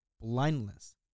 blindness